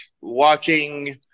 watching